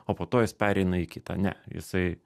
o po to jis pereina į kitą ne jisai